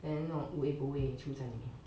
then 那种 wu eh bo eh 全部在里面